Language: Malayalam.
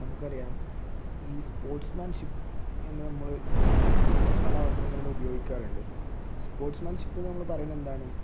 നമുക്ക് അറിയാം ഈ സ്പോർട്സ് മേൻ ഷിപ്പ് എന്ന് നമ്മൾ പല അവസരങ്ങളിലും ഉപയോഗിക്കാറുണ്ട് സ്പോർട്സ് മേൻ ഷിപ്പ് നമ്മൾ പറയുന്നത് എന്താണ്